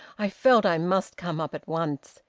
i felt i must come up at once.